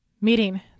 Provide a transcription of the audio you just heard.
meeting